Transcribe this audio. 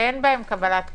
שאין בהם קבלת קהל.